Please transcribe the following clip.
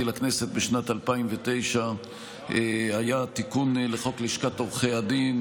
לכנסת בשנת 2009 היה תיקון לחוק לשכת עורכי הדין,